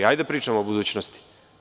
Hajde da pričamo o budućnosti.